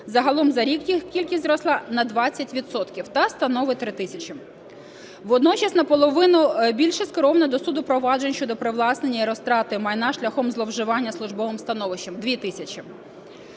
загалом за рік їх кількість зросла на 20 відсотків та становить 3 тисячі. Водночас наполовину більше скеровано до суду проваджень щодо привласнення і розтрати майна шляхом зловживання службовим становищем – 2 тисячі.